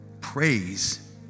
praise